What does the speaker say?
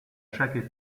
chaque